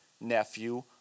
nephew